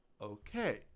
Okay